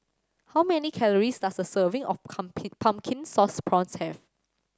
how many calories does a serving of Pumpkin Sauce Prawns have